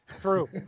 True